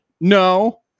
no